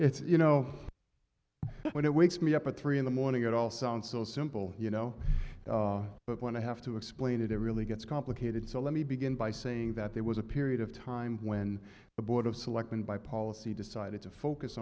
it's you know when it wakes me up at three in the morning it all sounds so simple you know but when i have to explain it it really gets complicated so let me begin by saying that there was a period of time when the board of selectmen by policy